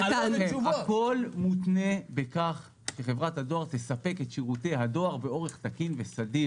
הכול מותנה בכך שחברת הדואר תספק את שירותי הדואר באורח תקין וסדיר.